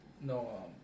no